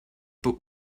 but